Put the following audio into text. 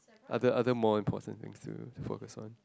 other other more important things to to focus on